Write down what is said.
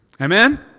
Amen